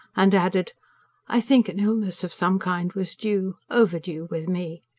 and added i think an illness of some kind was due overdue with me.